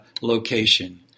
location